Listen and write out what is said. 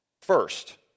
First